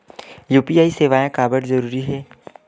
UPI सेवाएं काबर जरूरी हे?